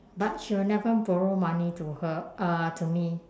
but she will never borrow money to her uh to me